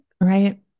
Right